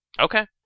Okay